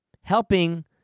helping